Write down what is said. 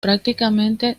prácticamente